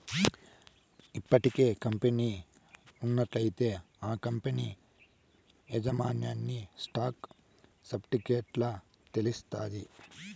ఇప్పటికే కంపెనీ ఉన్నట్లయితే ఆ కంపనీ యాజమాన్యన్ని స్టాక్ సర్టిఫికెట్ల తెలస్తాది